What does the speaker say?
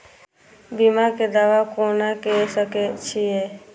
बीमा के दावा कोना के सके छिऐ?